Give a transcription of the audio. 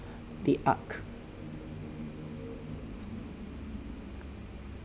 the art